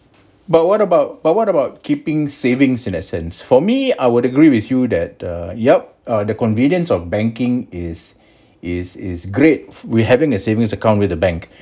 but what about what what about keeping savings in that sense for me I would agree with you that err yup the convenience of banking is is is great we having a savings account with the bank